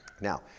Now